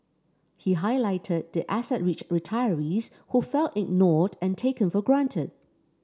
he highlighted the asset rich retirees who felt ignored and taken for granted